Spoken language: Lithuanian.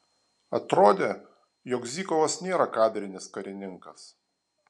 atrodė jog zykovas nėra kadrinis karininkas